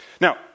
Now